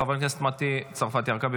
חברת הכנסת מטי צרפתי הרכבי,